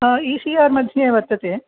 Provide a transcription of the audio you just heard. इ C R मध्ये वर्तते